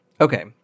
Okay